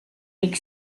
lake